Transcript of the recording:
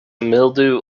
mildew